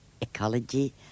ecology